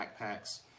backpacks